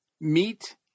meat